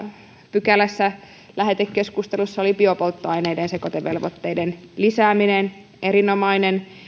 pykälässä lähetekeskustelussa ollut biopolttoaineiden sekoitevelvoitteiden lisääminen on erinomainen